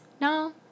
No